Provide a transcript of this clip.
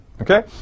Okay